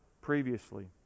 previously